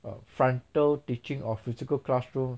err frontal teaching or physical classroom